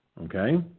Okay